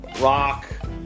rock